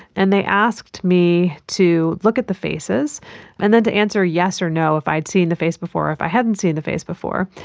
and they asked me to look at the faces and then to answer yes or no if i had seen the face before or if i hadn't seen the face before.